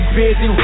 busy